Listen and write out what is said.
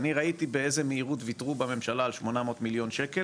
אני ראיתי באיזה מהירות וויתרו בממשלה על 800 ממיליון שקל